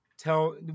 tell